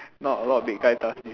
not a lot of big guy does this